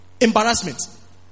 embarrassment